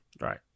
Right